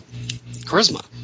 charisma